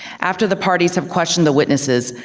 after the parties have questioned the witnesses,